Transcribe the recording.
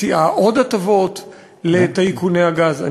מציעה עוד הטבות לטייקוני הגז.